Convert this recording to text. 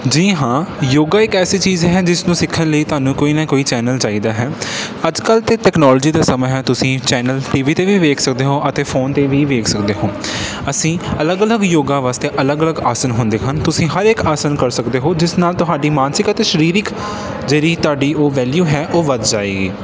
ਜੀ ਹਾਂ ਯੋਗਾ ਇੱਕ ਐਸੀ ਚੀਜ਼ ਹੈ ਜਿਸ ਨੂੰ ਸਿੱਖਣ ਲਈ ਤੁਹਾਨੂੰ ਕੋਈ ਨਾ ਕੋਈ ਚੈਨਲ ਚਾਹੀਦਾ ਹੈ ਅੱਜ ਕੱਲ੍ਹ ਤਾਂ ਟੈਕਨੋਲੋਜੀ ਦਾ ਸਮਾਂ ਹੈ ਤੁਸੀਂ ਚੈਨਲ ਟੀਵੀ 'ਤੇ ਵੀ ਵੇਖ ਸਕਦੇ ਹੋ ਅਤੇ ਫੋਨ 'ਤੇ ਵੀ ਵੇਖ ਸਕਦੇ ਹੋ ਅਸੀਂ ਅਲੱਗ ਅਲੱਗ ਯੋਗਾ ਵਾਸਤੇ ਅਲੱਗ ਅਲੱਗ ਆਸਨ ਹੁੰਦੇ ਹਨ ਤੁਸੀਂ ਹਰ ਇੱਕ ਆਸਨ ਕਰ ਸਕਦੇ ਹੋ ਜਿਸ ਨਾਲ ਤੁਹਾਡੀ ਮਾਨਸਿਕ ਅਤੇ ਸਰੀਰਿਕ ਜਿਹੜੀ ਤੁਹਾਡੀ ਉਹ ਵੈਲਿਊ ਹੈ ਉਹ ਵੱਧ ਜਾਏਗੀ